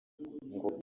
ngo